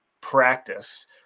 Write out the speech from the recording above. practice